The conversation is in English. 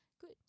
good